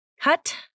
Cut